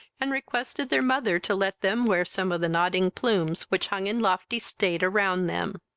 and requested their mother to let them wear some of the nodding plumes which hung in lofty state around them.